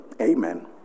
Amen